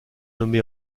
nommée